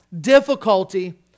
difficulty